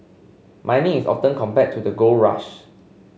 mining is often compared to the gold rush